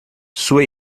sua